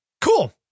Cool